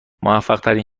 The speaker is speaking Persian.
موفقترین